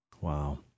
Wow